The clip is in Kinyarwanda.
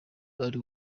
ari